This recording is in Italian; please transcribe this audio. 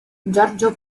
giorgio